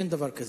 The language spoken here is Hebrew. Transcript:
אין דבר כזה.